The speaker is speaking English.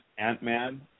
Ant-Man